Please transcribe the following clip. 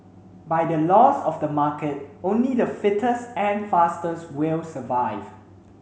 by the laws of the market only the fittest and fastest will survive